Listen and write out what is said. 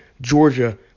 Georgia